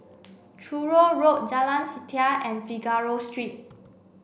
Truro Road Jalan Setia and Figaro Street